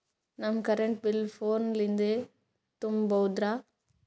ನಮ್ current bill phone ಲಿಂದೇ ತುಂಬೌದ್ರಾ?